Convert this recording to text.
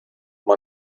man